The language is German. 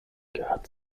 gehört